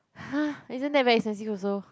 !huh! isn't that very expensive also